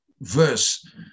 verse